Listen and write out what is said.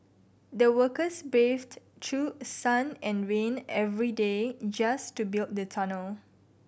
the workers braved through sun and rain every day just to build the tunnel